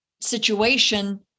situation